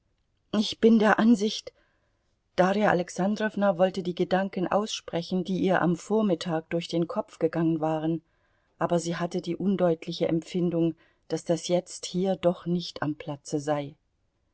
ich bin der ansicht darja alexandrowna wollte die gedanken aussprechen die ihr am vormittag durch den kopf gegangen waren aber sie hatte die undeutliche empfindung daß das jetzt hier doch nicht am platze sei